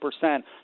percent